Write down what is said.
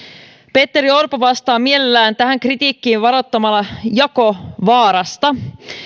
petteri orpo vastaa mielellään tähän kritiikkiin varoittamalla jakovaarasta